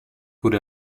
wurde